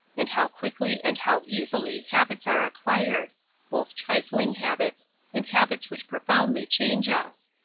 and how quickly and how easily habits are acquired both trifling habits and habits which profoundly change us.